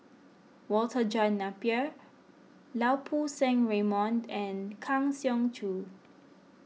Walter John Napier Lau Poo Seng Raymond and Kang Siong Joo